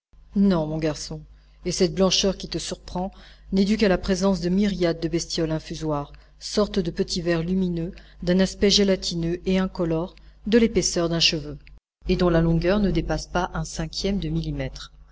non mon garçon et cette blancheur qui te surprend n'est due qu'à la présence de myriades de bestioles infusoires sortes de petits vers lumineux d'un aspect gélatineux et incolore de l'épaisseur d'un cheveu et dont la longueur ne dépasse pas un cinquième de millimètre